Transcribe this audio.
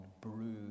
Brew